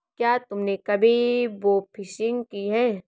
क्या तुमने कभी बोफिशिंग की है?